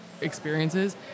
experiences